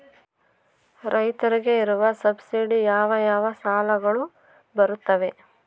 ರೈತರಿಗೆ ಇರುವ ಸಬ್ಸಿಡಿ ಯಾವ ಯಾವ ಸಾಲಗಳು ಬರುತ್ತವೆ?